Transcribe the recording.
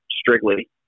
strictly